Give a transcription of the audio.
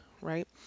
right